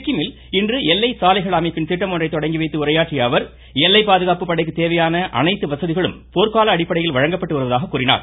சிக்கிமில் இன்று எல்லை சாலைகள் அமைப்பின் திட்டத்தை தொடங்கி வைத்து பேசிய அவர் எல்லை பாதுகாப்பு படைக்குத் தேவையான அனைத்து வசதிகளும் போர்க்கால அடிப்படையில் வழங்கப்பட்டு வருவதாகக் கூறினார்